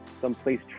someplace